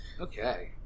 Okay